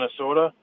Minnesota